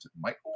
Michael